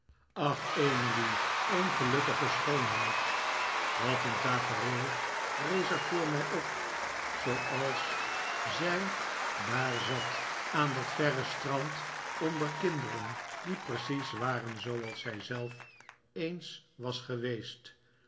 ach emily ongelukkige schoonheid wat een tafereel rees er voor mij op zooals zij daar zat aan dat verre strand onder kinderen die precies waren zooals zij zelf eens was geweest